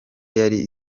yari